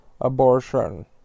Abortion